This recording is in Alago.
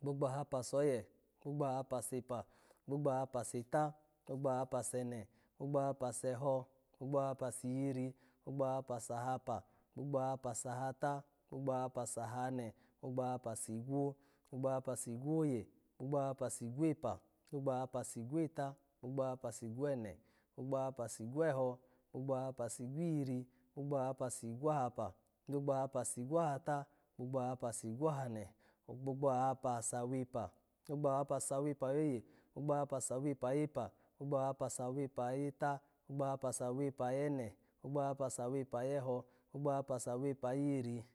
gbogbo ahapa soye, gbogbo ahapa sepa, gbogbo ahapa seta, gbogbo ahapa sene, gbogbo ahapa seho, gbogbo ahapa sihiri, gbogbo ahapa sahapa, gbogbo ahapa sahapa, gbogbo ahapa sahata, gbogbo ahapa sahane, gbogbo ahapa sigwo, gbogbo ahapa sigwoye, gbogbo ahapa sigwepa, gbogbo ahapa sigweta, gbogbo ahapa sigwene, gbogbo ahapa sigweho, gbogbo ahapa sigwihiri, gbogbo ahapa sigwahapa, gbogbo ahapa sigwahata, gbogbo ahapa sigwahane, gbogbo ahapa sawepa, gbogbo ahapa sawepa ayoye, gbogbo ahapa sawepa ayepa, gbogbo ahapa sawepa ayeta, gbogbo ahapa sawepa ayene, gbogbo ahapa sawepa ayeho, gbogbo ahapa sawepa ayihiri